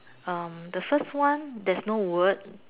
um the first one there's no word